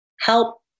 help